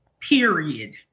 Period